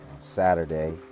Saturday